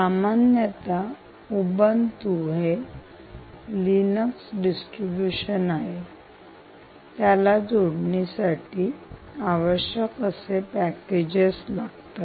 सामान्यता उबंतू हे Linux distribution आहे ज्याला जोडणीसाठी आवश्यक असे पॅकेजेस लागतात